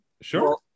Sure